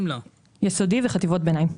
יסודי וחטיבות הביניים.